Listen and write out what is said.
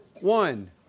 One